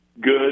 good